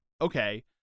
okay